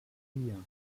vier